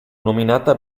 nominata